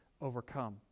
overcome